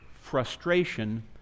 frustration